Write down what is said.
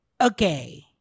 Okay